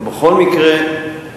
בכל מקרה,